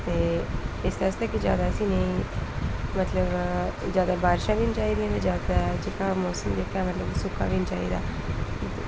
ते इस आस्तै कि ज्यादा असेंगी मतलब ज्यादा बारिशां बी नेईं चाही दियां ते ज्यादा सुिक्का मौसम बी निं चाहिदा